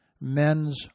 men's